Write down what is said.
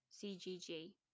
CGG